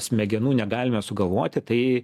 smegenų negalime sugalvoti tai